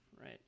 right